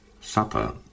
Supper